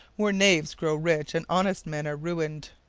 where knaves grow rich and honest men are ruined